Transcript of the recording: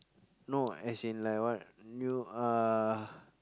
no as in like what you uh